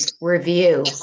Review